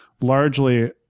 largely